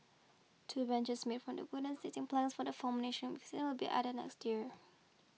two benches made from the wooden seating planks from the former National Stadium will be added next year